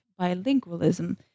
bilingualism